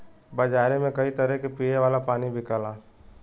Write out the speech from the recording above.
बजारे में कई तरह क पिए वाला पानी बिकला